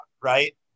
right